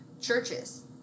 churches